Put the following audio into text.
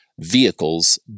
vehicles